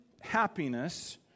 happiness